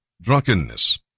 Drunkenness